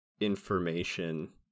information